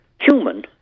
human